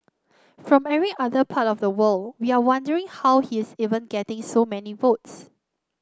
from every other part of the world we are wondering how he is even getting so many votes